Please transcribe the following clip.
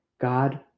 God